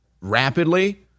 rapidly